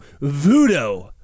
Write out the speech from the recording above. voodoo